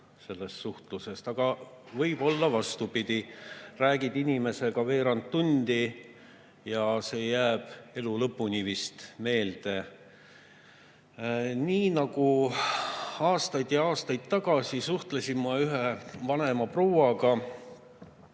sellest suhtlusest. Aga võib olla vastupidi: räägid inimesega veerand tundi ja see jääb ehk elu lõpuni meelde. Aastaid ja aastaid tagasi suhtlesin ma ühe vanema prouaga